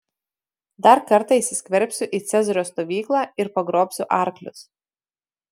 dar kartą įsiskverbsiu į cezario stovyklą ir pagrobsiu arklius